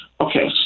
Okay